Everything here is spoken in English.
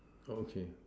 okay